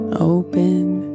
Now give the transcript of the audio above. Open